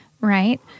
right